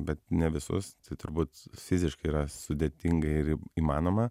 bet ne visus tai turbūt fiziškai yra sudėtinga ir įmanoma